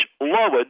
lowered